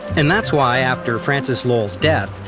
and that's why, after francis lowell's death,